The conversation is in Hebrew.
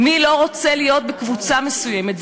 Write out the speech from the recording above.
מי לא רוצה להיות בקבוצה מסוימת,